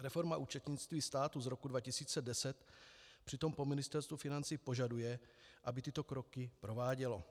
Reforma účetnictví státu z roku 2010 přitom po Ministerstvu financí požaduje, aby tyto kroky provádělo.